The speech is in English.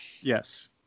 Yes